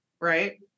Right